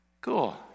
Cool